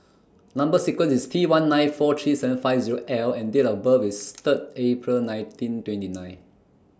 Number sequence IS T one nine four three seven five Zero L and Date of birth IS Third April nineteen twenty nine